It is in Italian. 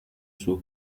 suo